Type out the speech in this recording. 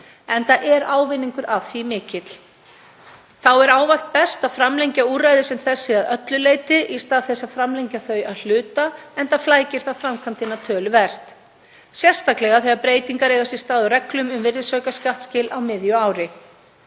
enda er ávinningur af því mikill. Þá er ávallt best að framlengja úrræði sem þessi að öllu leyti í stað þess að framlengja þau að hluta, enda flækir það framkvæmdina töluvert, sérstaklega þegar breytingar eiga sér stað á reglum um virðisaukaskattsskil á miðju ári.